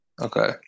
Okay